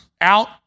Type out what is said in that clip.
out